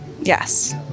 Yes